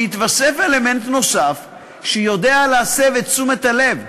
שיתווסף אלמנט נוסף להסב את תשומת הלב.